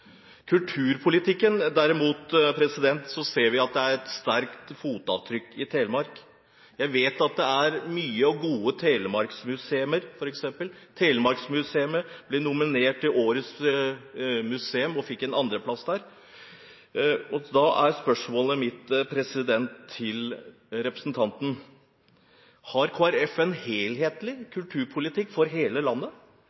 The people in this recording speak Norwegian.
kulturpolitikken, derimot, ser man at det er et sterkt fotavtrykk i Telemark. Jeg vet f.eks. at det er mange og gode telemarksmuseer. Telemark Museum ble nominert til Årets museum og fikk en andreplass. Spørsmålet mitt til representanten er: Har Kristelig Folkeparti en helhetlig